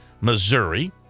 Missouri